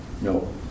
No